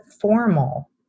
formal